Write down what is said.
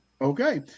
okay